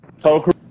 Total